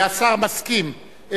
השר מסכים.